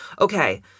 okay